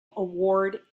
award